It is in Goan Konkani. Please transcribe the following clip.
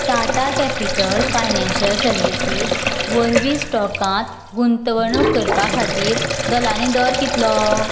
टाटा केपिटल फाइनान्शिएल सर्विसीस वरवीं स्टॉकांत गुंतवणूक करपा खातीर दलानी दर कितलो